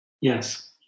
Yes